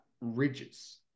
ridges